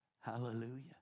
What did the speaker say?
Hallelujah